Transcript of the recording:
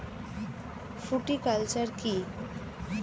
Fruticulture কী?